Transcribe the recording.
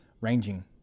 ranging